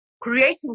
creating